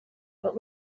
but